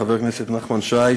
חבר הכנסת נחמן שי,